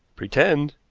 pretend!